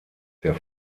der